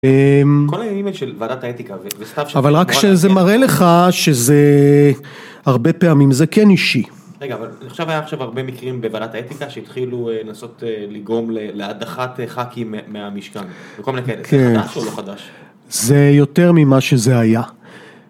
אבל רק כשזה מראה לך שזה הרבה פעמים זה כן אישי. רגע אבל, עכשיו היה עכשיו הרבה מקרים בוועדת האתיקה שהתחילו לנסות לגרום להדחת חכים מהמשכן, וכל מיני כאלה, זה חדש או לא חדש? זה יותר ממה שזה היה.